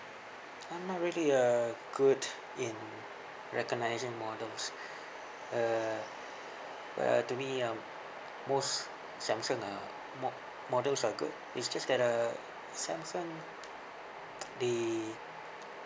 I'm not really uh good in recognising models uh well to me um most samsung uh mo~ models are good it's just that uh samsung the